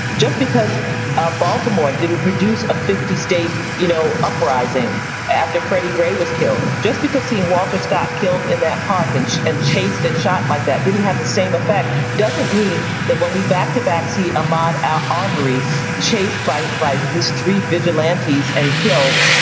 just because ah baltimore didn't produce a fifty state you know uprising after freddie gray was killed, just because seeing walter scott killed in that park and and chased and shot like that didn't have the same effect, doesn't mean that when we back to back see ahmaud arbery chased by by these three vigilantes and killed,